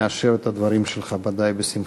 מאשר את הדברים שלך, ודאי בשמחה.